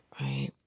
right